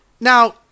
Now